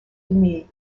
demie